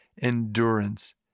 endurance